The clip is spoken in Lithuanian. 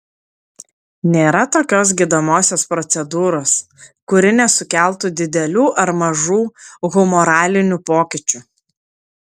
nėra tokios gydomosios procedūros kuri nesukeltų didelių ar mažų humoralinių pokyčių